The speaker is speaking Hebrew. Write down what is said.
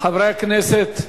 חברי הכנסת,